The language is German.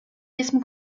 diesem